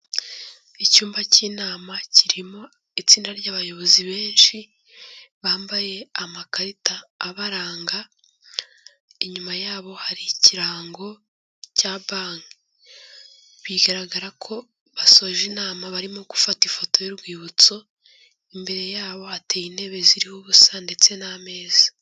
Icyumba cy'inama, kirimo itsinda ry'abayobozi benshi, bambaye amakarita abaranga, inyuma yabo hari ikirango cya banki, bigaragara ko basoje inama, barimo gufata ifoto y'urwibutso, imbere yabo hateye intebe ziriho ubusa ndetse n'ameza.